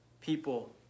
people